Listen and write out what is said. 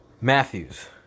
Matthews